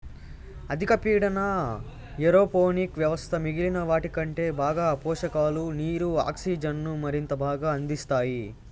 అధిక పీడన ఏరోపోనిక్ వ్యవస్థ మిగిలిన వాటికంటే బాగా పోషకాలు, నీరు, ఆక్సిజన్ను మరింత బాగా అందిస్తాయి